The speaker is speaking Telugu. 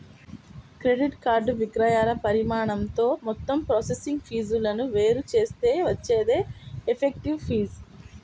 క్రెడిట్ కార్డ్ విక్రయాల పరిమాణంతో మొత్తం ప్రాసెసింగ్ ఫీజులను వేరు చేస్తే వచ్చేదే ఎఫెక్టివ్ ఫీజు